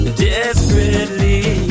desperately